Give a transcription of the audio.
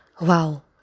Wow